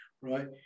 Right